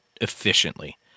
efficiently